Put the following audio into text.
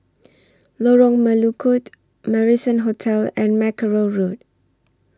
Lorong Melukut Marrison Hotel and Mackerrow Road